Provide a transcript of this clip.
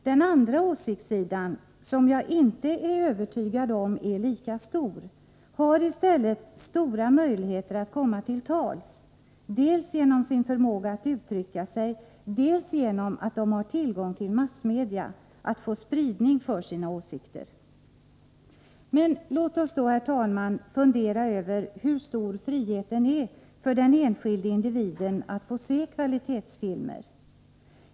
Den andra åsiktssidan, som jag inte är övertygad om är lika stor, har i stället betydande möjligheter att komma till tals, dels genom sin förmåga att uttrycka sig, dels genom att man där har tillgång till massmedia för att få spridning för sina åsikter. Men låt oss då, herr talman, fundera över hur stor friheten är för den enskilde individen att få se kvalitetsfilmer.